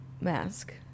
mask